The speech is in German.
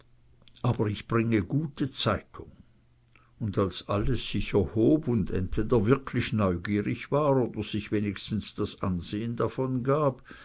aber ich bringe gute zeitung und als alles sich erhob und entweder wirklich neugierig war oder sich wenigstens das ansehen